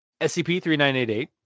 SCP-3988